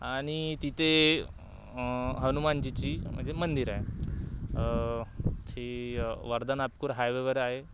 आणि तिथे हनुमानजीची म्हणजे मंदिर आहे ती वर्धा नागपुर हायवेवर आहे